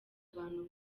abantu